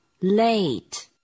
late